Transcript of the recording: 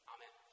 Amen